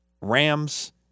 Rams